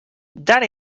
that